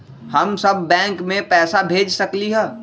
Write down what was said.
हम सब बैंक में पैसा भेज सकली ह?